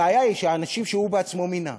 הבעיה היא שהאנשים שהוא עצמו מינה,